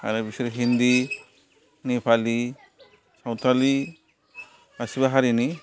आरो बिसोरो हिन्दी नेपालि सावथालि गासिबो हारिनि